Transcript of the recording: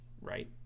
Right